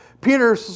Peter